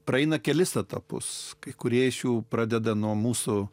praeina kelis etapus kai kurie šių pradeda nuo mūsų